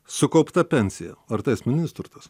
sukaupta pensija ar tai asmeninis turtas